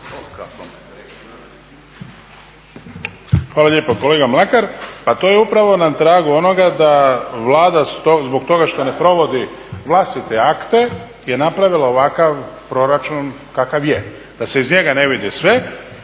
Hvala lijepa kolega Mlakar. Pa to je upravo na tragu onoga da Vlada zbog toga što ne provodi vlastite akte je napravila ovakav proračun kakav je. Da se iz njega ne vidi sve